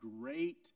great